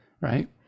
right